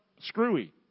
Screwy